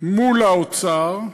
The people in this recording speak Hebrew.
מול האוצר,